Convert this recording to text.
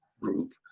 group